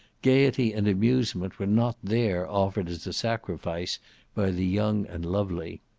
gaiety and amusement were not there offered as a sacrifice by the young and lovely.